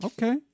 Okay